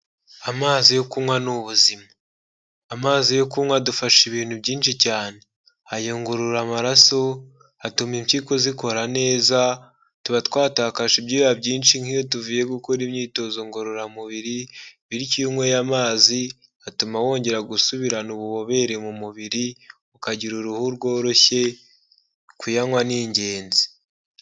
Amazi yo kunywa ni ubuzima, amazi yo kunywa dufasha ibintu byinshi cyane, ayungurura amaraso, atuma impyiko zikora neza, tuba twatakaje ibyuya byinshi nk'iyo tuvuye gukora imyitozo ngororamubiri bityo iyo unyweye amazi atuma wongera gusubirana ububobere mu mubiri, ukagira uruhu rworoshye, kuyanywa ni ingenzi.